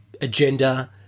agenda